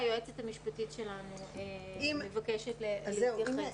היועצת המשפטית שלנו מבקשת להתייחס.